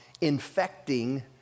infecting